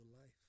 life